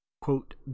quote